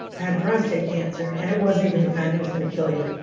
had prostate cancer. and it wasn't even the kind that was going to kill you.